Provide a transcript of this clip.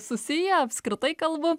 susiję apskritai kalbu